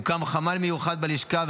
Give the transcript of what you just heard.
הוקם חמ"ל מיוחד בלשכה,